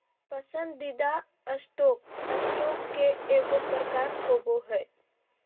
पसंदीदा stock, stock के एगो प्रकार होबो हइ